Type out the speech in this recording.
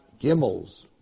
Gimels